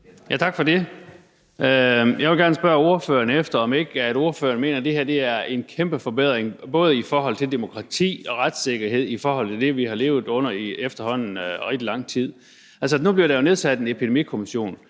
Tak for det. Jeg vil gerne spørge ordføreren, om ikke ordføreren mener, at det her er en kæmpe forbedring, både hvad angår demokrati og retssikkerhed i forhold til det, vi har levet under i efterhånden rigtig lang tid. Altså, nu bliver der jo nedsat en Epidemikommission,